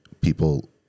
people